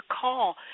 call